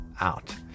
out